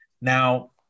Now